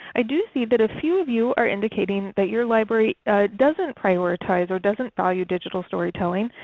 i do see that a few of you are indicating that your library doesn't prioritize, or doesn't value digital storytelling.